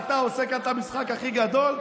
אתה עושה כאן את המשחק הכי גדול,